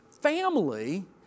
family